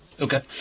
Okay